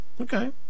Okay